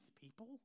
people